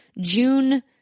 June